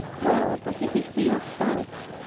well! but it is for yourself,